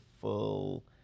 full